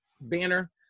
banner